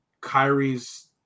Kyrie's